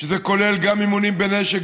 שזה כולל גם אימונים בנשק,